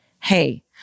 hey